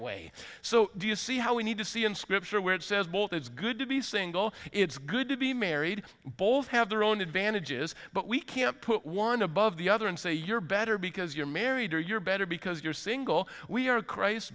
way so do you see how we need to see in scripture where it says both it's good to be single it's good to be married both have their own advantages but we can't put one above the other and say you're better because you're married or you're better because you're single we are christ